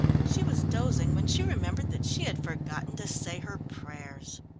she was dozing when she remembered that she had forgotten to say her prayers.